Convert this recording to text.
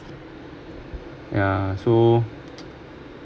yeah so